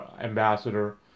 ambassador